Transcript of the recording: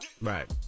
right